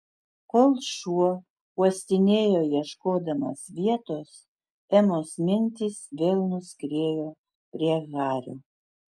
kol šuo uostinėjo ieškodamas vietos emos mintys vėl nuskriejo prie hario